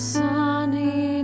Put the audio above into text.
sunny